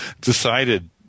decided